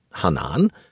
Hanan